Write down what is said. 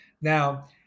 Now